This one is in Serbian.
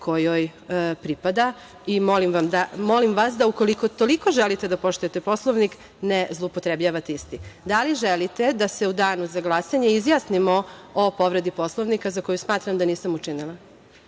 kojoj pripada. Molim vas da ukoliko toliko želite da poštujete Poslovnik nezloupotrebljavate isti. Da li želite da se u danu za glasanje izjasnimo o povredi Poslovnika za koji smatram da nisam učinila?(Enis